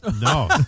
No